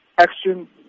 action